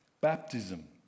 Baptism